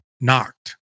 knocked